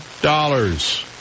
dollars